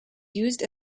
used